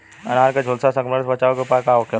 अनार के झुलसा संक्रमण से बचावे के उपाय का होखेला?